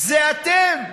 אלה אתם.